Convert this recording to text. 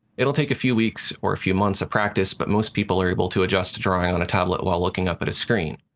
it will take a few weeks or a few months of practice, but most people are able to adjust to drawing on a tablet while looking up at a screen.